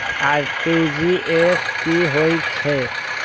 RTGS की होय छै